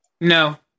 No